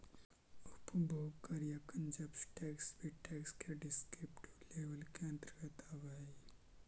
उपभोग कर या कंजप्शन टैक्स भी टैक्स के डिस्क्रिप्टिव लेबल के अंतर्गत आवऽ हई